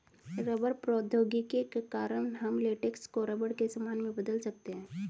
rubber प्रौद्योगिकी के कारण हम लेटेक्स को रबर के सामान में बदल सकते हैं